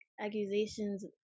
accusations